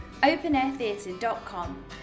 openairtheatre.com